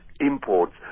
imports